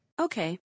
Okay